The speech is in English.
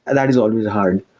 and that is always hard.